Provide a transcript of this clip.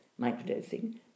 microdosing